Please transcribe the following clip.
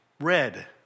red